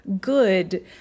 good